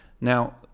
Now